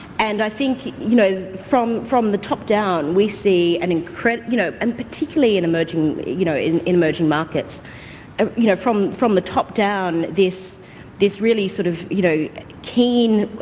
and i think you know from from the top down we see and you know and particularly in emerging you know in emerging markets you know from from the top down this this really sort of you know keen